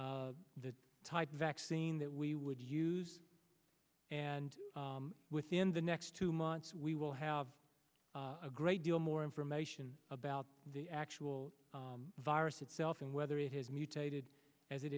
about the type vaccine that we would use and within the next two months we will have a great deal more information about the actual virus itself and whether it has mutated as it